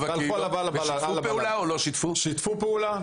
שיתפו פעולה.